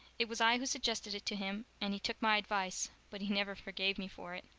it was i who suggested it to him and he took my advice, but he never forgave me for it.